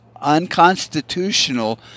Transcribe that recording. unconstitutional